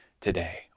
today